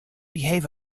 behave